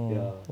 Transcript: ya